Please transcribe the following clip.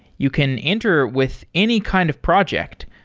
you can enter with any kind of project.